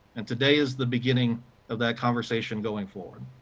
and today is the beginning of that conversation, going forward.